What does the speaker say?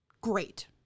great